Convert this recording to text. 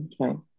Okay